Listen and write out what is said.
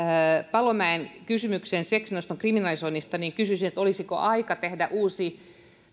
paloniemen kysymykseen seksin oston kriminalisoinnista kysyisin olisiko aika tehdä uusi